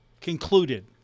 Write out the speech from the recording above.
concluded